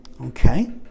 Okay